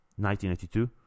1982